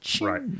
Right